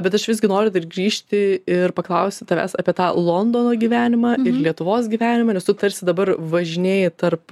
bet aš visgi noriu dar grįžti ir paklausti tavęs apie tą londono gyvenimą lietuvos gyvenimą nes tu tarsi dabar važinėji tarp